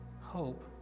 hope